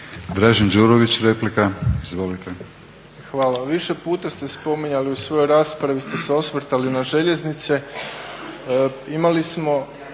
**Đurović, Dražen (HDSSB)** Hvala. Više puta ste spominjali u svojoj raspravi i osvrtali se na željeznice. Imali smo